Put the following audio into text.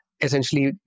essentially